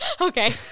Okay